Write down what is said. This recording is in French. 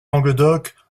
languedoc